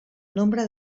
nombre